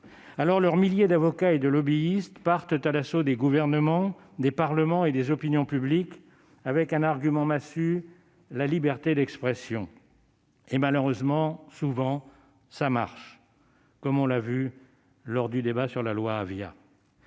Alors, leurs milliers d'avocats et de lobbyistes partent à l'assaut des gouvernements, des parlements et des opinions publiques avec un argument massue : la liberté d'expression. Et malheureusement, cela marche souvent, comme on l'a vu lors du débat sur la loi Avia.